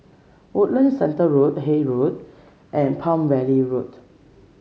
Woodlands Centre Road Haig Road and Palm Valley Road